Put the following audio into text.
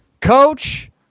coach